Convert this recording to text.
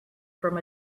from